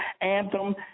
anthem